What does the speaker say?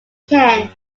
ken